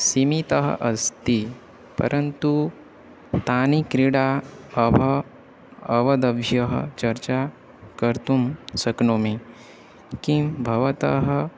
सीमिता अस्ति परन्तु तानि क्रीडा अव अवदव्यः चर्चा कर्तुं शक्नोमि किं भवतः